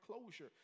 closure